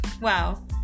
wow